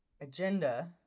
agenda